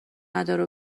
نداره